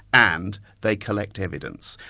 and they collect evidence.